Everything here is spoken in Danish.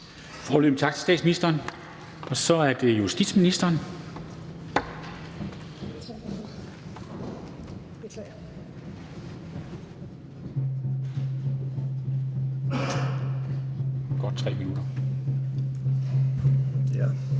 Foreløbig tak til statsministeren. Og så er det justitsministeren. Kl.